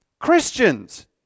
Christians